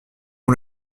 ont